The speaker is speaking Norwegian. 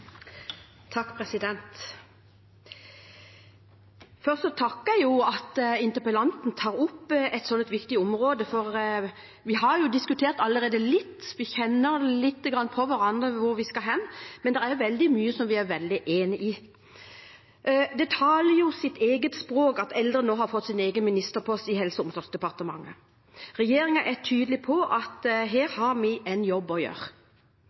på hvor vi skal hen, men det er veldig mye som vi er veldig enig i. Det taler sitt eget språk at eldre nå har fått sin egen ministerpost i Helse- og omsorgsdepartementet. Regjeringen er tydelig på at her har vi en jobb å gjøre.